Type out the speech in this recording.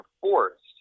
forced